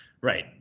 right